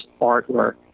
artwork